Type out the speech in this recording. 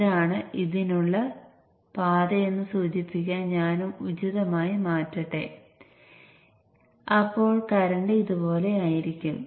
ഇത് input output ബന്ധമായിരിക്കും